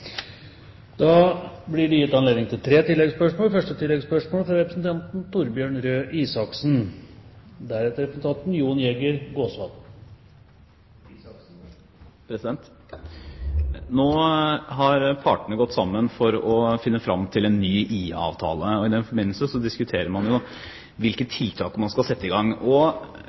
blir gitt anledning til tre oppfølgingsspørsmål – først Torbjørn Røe Isaksen. Nå har partene gått sammen for å finne fram til en ny IA-avtale. I den forbindelse diskuterer man hvilke tiltak man skal sette i gang.